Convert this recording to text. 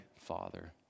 Father